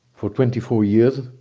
for twenty-four years,